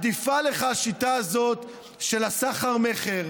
עדיפה לך השיטה הזאת של הסחר-מכר,